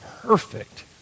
perfect